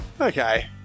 Okay